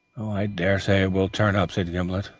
i daresay it will turn up, said gimblet.